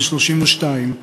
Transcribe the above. בן 32,